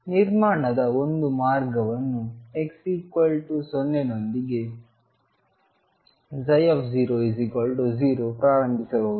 ಆದ್ದರಿಂದ ನಿರ್ಮಾಣದ ಒಂದು ಮಾರ್ಗವನ್ನು x 0 ನೊಂದಿಗೆ 00 ಪ್ರಾರಂಭಿಸಬಹುದು